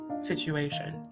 situation